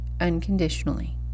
Unconditionally